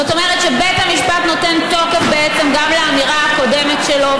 זאת אומרת שבית המשפט נותן תוקף גם לאמירה הקודמת שלו.